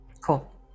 Cool